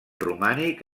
romànic